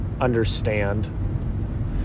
understand